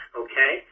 okay